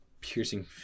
piercing